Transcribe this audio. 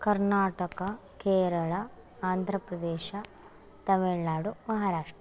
Karnataka Kerala Andhra Pradesh Tamil Nadu Maharashtra